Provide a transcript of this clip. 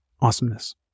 Awesomeness